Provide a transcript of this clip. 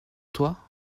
toi